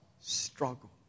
struggle